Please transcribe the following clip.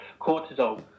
cortisol